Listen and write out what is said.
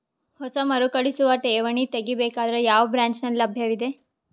ಹೊಸ ಮರುಕಳಿಸುವ ಠೇವಣಿ ತೇಗಿ ಬೇಕಾದರ ಯಾವ ಬ್ರಾಂಚ್ ನಲ್ಲಿ ಲಭ್ಯವಿದೆ?